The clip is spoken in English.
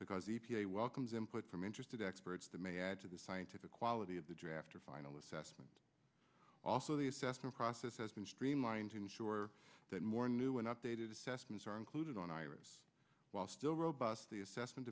because e p a welcomes input from interested experts that may add to the scientific quality of the draft or final assessment also the assessment process has been streamlined to ensure that more new and updated assessments are included on iris while still robust the assessment